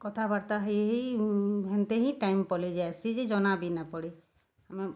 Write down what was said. କଥାବାର୍ତ୍ତା ହେଇ ହେଇ ହେନ୍ତେ ହିଁ ଟାଇମ୍ ପଲେଇଯାଏସି ଯେ ଜନା ବି ନାଇ ପଡ଼େ ଆମେ